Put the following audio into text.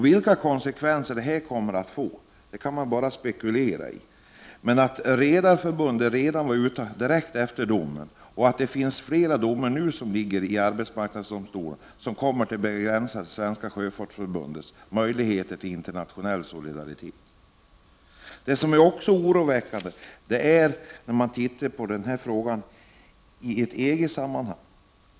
Vilka konsekvenser detta kommer att få kan man bara spekulera över med tanke på att Redareföreningen uttalade sig direkt efter domen och att flera ärenden nu ligger hos arbetsdomstolen, vilket kommer att begränsa Svenska sjöfolksförbundets möjligheter till internationell solidaritet. Det är oroväckande om regeringens arbetsgrupp skall se på denna fråga i ett EG-sammanhang.